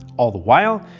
all the while,